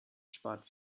spart